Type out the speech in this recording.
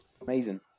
Amazing